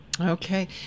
Okay